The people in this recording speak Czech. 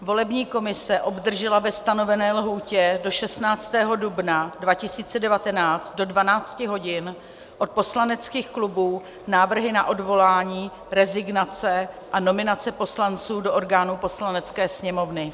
Volební komise obdržela ve stanovené lhůtě do 16. dubna 2019 do 12 hodin od poslaneckých klubů návrhy na odvolání, rezignace a nominace poslanců do orgánů Poslanecké sněmovny.